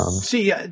see